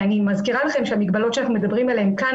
אני מזכירה לכם שהמגבלות שאנחנו מדברים עליהן כאן,